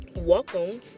welcome